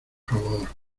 favor